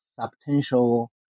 substantial